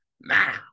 now